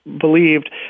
believed